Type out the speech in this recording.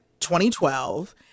2012